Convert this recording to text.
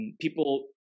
people